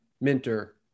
Minter